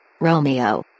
Romeo